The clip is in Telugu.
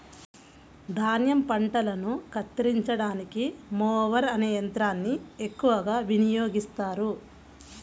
ధాన్యం పంటలను కత్తిరించడానికి మొవర్ అనే యంత్రాన్ని ఎక్కువగా వినియోగిస్తారు